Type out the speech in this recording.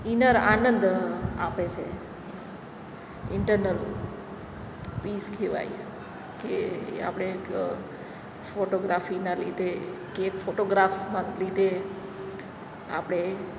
inner આનંદ આપે છે ઇન્ટરનલ પીસ કહેવાય કે આપણે એક ફોટોગ્રાફીના લીધે કે ફોટોગ્રાફ્સના લીધે આપણે